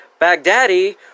Baghdadi